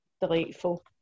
delightful